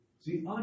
See